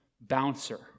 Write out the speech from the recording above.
bouncer